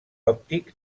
òptic